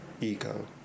ego